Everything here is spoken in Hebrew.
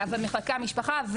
אבל מחלקי המשפחה,